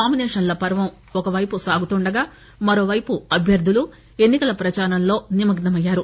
నామినేషన్ల పర్వం ఒకవైపు సాగుతుండగా మరోవైపు అభ్యర్దులు ఎన్నికల ప్రదారంలో నిమగ్నమయ్యారు